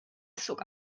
zog